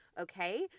okay